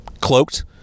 cloaked